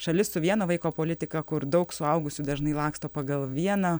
šalis su vieno vaiko politika kur daug suaugusių dažnai laksto pagal vieną